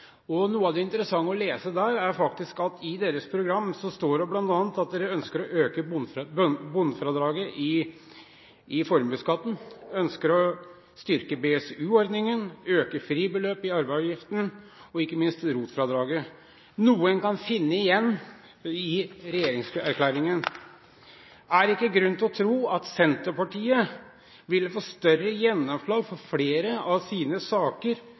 handlingsprogram. Noe av det interessante å lese er faktisk at det i deres program bl.a. står at de ønsker å øke bunnfradraget i formuesskatten, styrke BSU-ordningen, øke fribeløpet i arveavgiften og ikke minst ROT-fradraget, noe en kan finne igjen i regjeringserklæringen. Er det ikke grunn til å tro at Senterpartiet ville få større gjennomslag for flere av sine saker